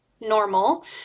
normal